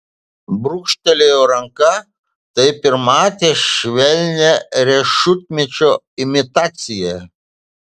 brūkštelėjo ranka taip ir matė švelnią riešutmedžio imitaciją